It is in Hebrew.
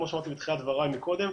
כמו שאמרתי בתחילת דבריי מקודם,